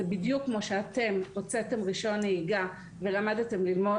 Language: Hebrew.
זה בדיוק כמו שאתם הוצאתם רישיון נהיגה ולמדתם לנהוג